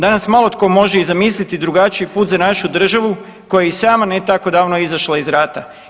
Danas malo tko može i zamisliti drugačiji put za našu državu koja je i sama ne tako davno izašla iz rata.